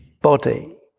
body